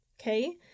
Okay